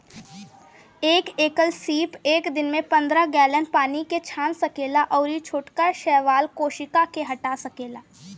एक एकल सीप एक दिन में पंद्रह गैलन पानी के छान सकेला अउरी छोटका शैवाल कोशिका के हटा सकेला